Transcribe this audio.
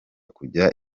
kujya